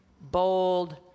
bold